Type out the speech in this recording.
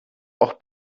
auch